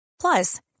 Plus